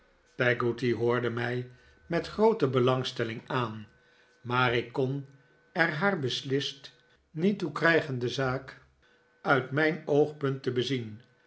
peggotty hoorde mij met groote belangstelling aan maar ik kon er haar beslist niet toe krijgen de zaak uit mijn oogpunt te bezien